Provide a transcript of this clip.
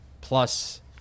plus